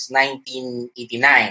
1989